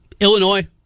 Illinois